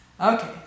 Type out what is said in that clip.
Okay